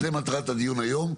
זאת מטרת הדיון היום.